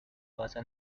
basa